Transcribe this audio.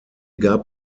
gab